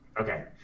Okay